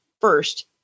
first